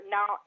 Now